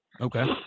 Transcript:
Okay